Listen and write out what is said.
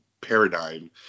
paradigm